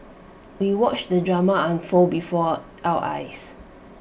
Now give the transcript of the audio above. we watched the drama unfold before our eyes